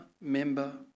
member